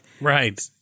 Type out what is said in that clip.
Right